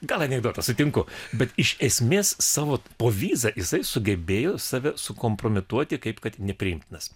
gal anekdotas sutinku bet iš esmės savo povyza jisai sugebėjo save sukompromituoti kaip kad nepriimtinas